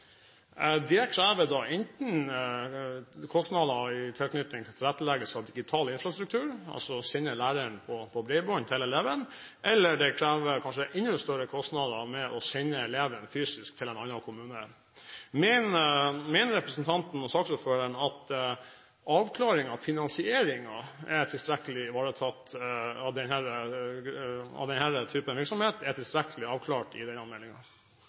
Det krever da enten kostnader i tilknytning til tilretteleggelse av den digitale infrastrukturen, altså å sende læreren via bredbånd til eleven, eller det krever kanskje enda større kostnader ved å sende eleven fysisk til en annen kommune. Mener representanten og saksordføreren at avklaringen av finansieringen av denne typen virksomhet er tilstrekkelig avklart i